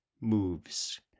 moves